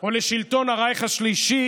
או לשלטון הרייך השלישי,